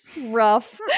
Rough